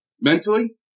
Mentally